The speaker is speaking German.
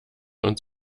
und